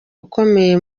ukomeye